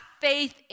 faith